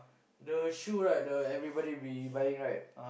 the shoe right the everybody be buying right